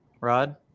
Rod